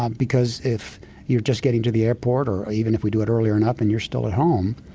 um because if you're just getting to the airport or even if we do it earlier and up and you're still at home,